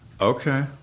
Okay